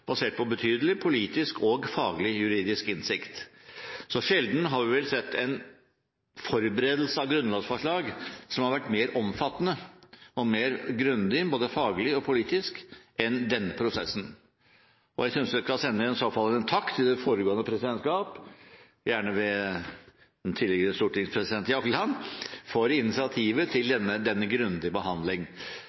basert på betydelig politisk og faglig juridisk innsikt. Sjelden har vi vel sett en forberedelse av grunnlovsforslag som har vært mer omfattende og mer grundig faglig og politisk enn denne prosessen. Jeg synes vi skal sende en takk til det foregående presidentskap, gjerne ved den tidligere stortingspresident Jagland, for initiativet til denne grundige behandling.